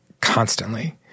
constantly